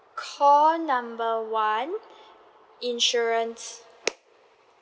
call number one insurance